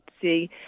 See